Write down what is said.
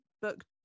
book